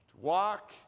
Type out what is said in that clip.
walk